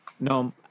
No